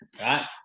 right